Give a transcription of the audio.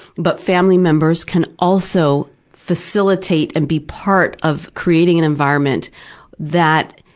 but family members can also facilitate and be part of creating an environment that,